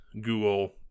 Google